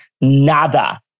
nada